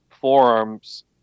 forearms